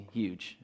huge